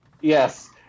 Yes